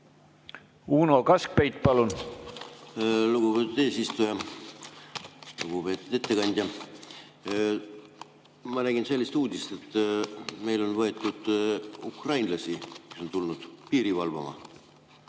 Uno Kaskpeit, palun! Lugupeetud eesistuja! Lugupeetud ettekandja! Ma nägin sellist uudist, et meil on võetud ukrainlasi piiri valvama.